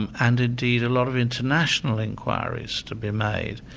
and and indeed a lot of international inquiries to be made.